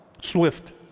Swift